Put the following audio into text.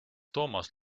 toomas